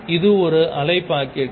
இது ஒரு அலை பாக்கெட்